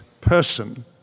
person